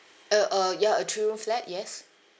uh uh ya a three room flat yes